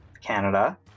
Canada